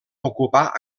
ocupar